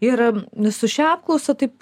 ir su šia apklausa taip